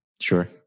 Sure